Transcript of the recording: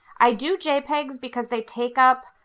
i do jpegs because they take up,